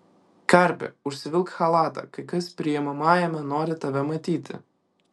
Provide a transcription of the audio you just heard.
karpi užsivilk chalatą kai kas priimamajame nori tave matyti